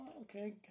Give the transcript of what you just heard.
okay